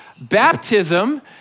Baptism